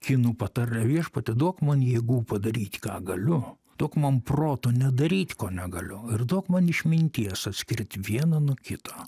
kinų patarle viešpatie duok man jėgų padaryt ką galiu duok man proto nedaryt ko negaliu ir duok man išminties atskirti vieną nuo kito